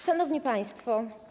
Szanowni Państwo!